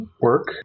work